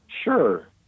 Sure